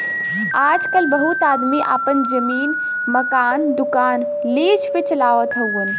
आजकल बहुत आदमी आपन जमीन, मकान, दुकान लीज पे चलावत हउअन